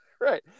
right